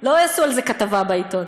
לא יעשו על זה כתבה בעיתון.